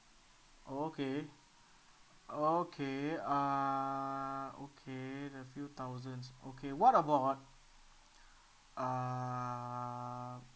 oh okay okay err okay the few thousands okay what about uh err